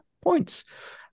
Points